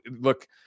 look